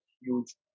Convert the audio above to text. huge